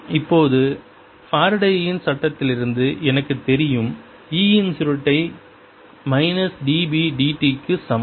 இப்போது ஃபாரடேயின் Faraday's சட்டத்திலிருந்து எனக்குத் தெரியும் E இன் சுருட்டை மைனஸ் dB dt க்கு சமம்